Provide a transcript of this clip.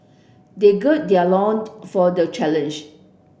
they gird their loins for the challenge